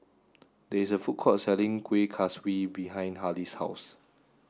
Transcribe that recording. there is a food court selling Kuih Kaswi behind Harlie's house